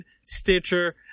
Stitcher